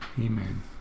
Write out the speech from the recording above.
Amen